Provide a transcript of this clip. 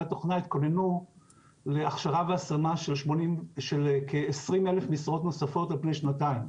התוכנה התכוננו להכשרה והשמה של כ-20,000 משרות נוספות על פני שנתיים.